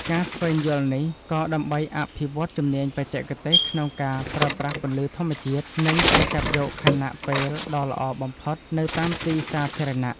ការស្វែងយល់នេះ ក៏ដើម្បីអភិវឌ្ឍជំនាញបច្ចេកទេសក្នុងការប្រើប្រាស់ពន្លឺធម្មជាតិ និងការចាប់យកខណៈពេលដ៏ល្អបំផុតនៅតាមទីសាធារណៈ។